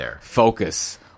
focus